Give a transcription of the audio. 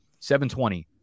720